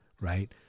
right